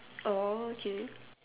oh okay